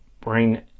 brain